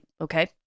Okay